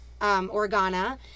Organa